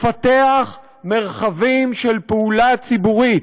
לפתח מרחבים של פעולה ציבורית,